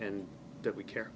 and that we care